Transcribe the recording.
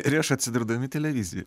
prieš atsidurdami televizijoje